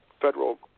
federal